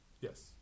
Yes